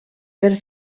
per